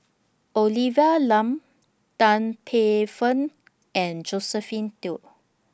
Olivia Lum Tan Paey Fern and Josephine Teo